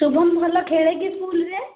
ଶୁଭମ ଭଲ ଖେଳେକି ସ୍କୁଲରେ